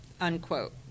Unquote